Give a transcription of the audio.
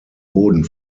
boden